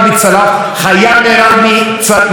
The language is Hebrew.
מעל 150 מטענים כל יום,